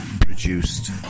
produced